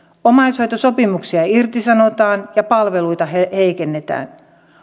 omaishoitosopimuksia irtisanotaan ja palveluita heikennetään